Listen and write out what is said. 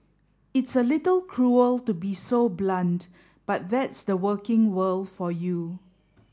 it's a little cruel to be so blunt but that's the working world for you